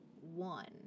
one